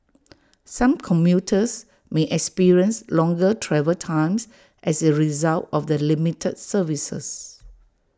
some commuters may experience longer travel times as A result of the limited services